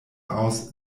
aus